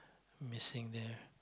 missing there